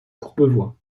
courbevoie